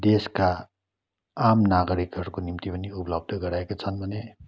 देशका आम नागरिकका निम्ति पनि उपलब्ध गराएका छन् भने